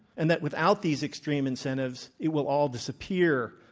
and that without these extreme incentives, it will all disappear.